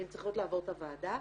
הן צריכות לעבור את הוועדה.